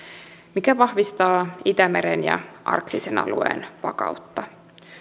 mikä vahvistaa itämeren ja arktisen alueen vakautta